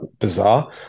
bizarre